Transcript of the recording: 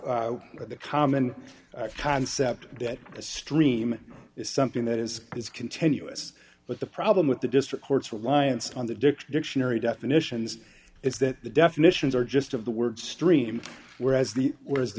have the common concept that a stream is something that is is continuous but the problem with the district courts reliance on the dick dictionary definitions is that the definitions are just of the word stream whereas the where is the